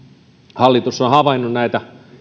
hallitus on havainnut näitä